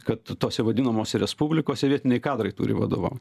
kad tose vadinamose respublikose vietiniai kadrai turi vadovaut